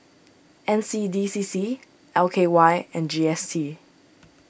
N C D C C L K Y and G S T